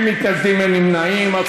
אנחנו עוברים להצבעה.